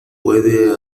puede